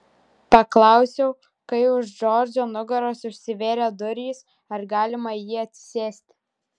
paklausiau kai už džordžo nugaros užsivėrė durys ar galima į jį atsisėsti